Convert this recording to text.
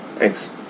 Thanks